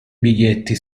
biglietti